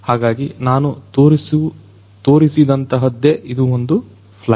ಹಾಗಾಗಿ ನಾನು ತೋರಿಸಿದಂತಹದ್ದೆ ಇದು ಒಂದು ಫ್ಲೈಟ್